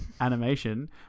animation